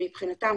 מבחינתם,